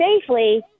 safely